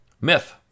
Myth